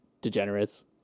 degenerates